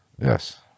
Yes